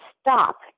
stop